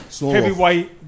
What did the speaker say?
heavyweight